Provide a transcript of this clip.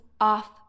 off